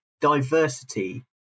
diversity